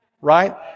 right